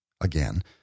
Again